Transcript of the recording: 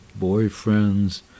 boyfriends